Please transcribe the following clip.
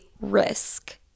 risk